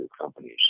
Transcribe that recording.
companies